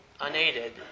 unaided